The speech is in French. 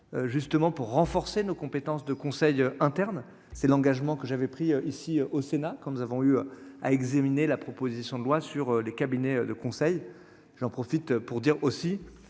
justement pour renforcer nos compétences de conseil interne, c'est l'engagement que j'avais pris, ici au Sénat, comme nous avons eu à examiner la proposition de loi sur les cabinets de conseil, j'en profite pour dire aussi